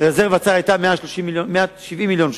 רזרבת שר היתה 170 מיליון שקל.